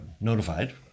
notified